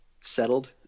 settled